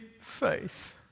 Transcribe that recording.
faith